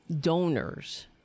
donors